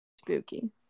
Spooky